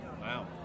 wow